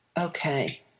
okay